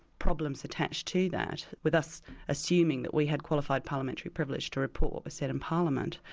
problems attached to that, with us assuming that we had qualified parliamentary privilege to report what was said in parliament,